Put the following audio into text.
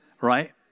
right